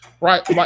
Right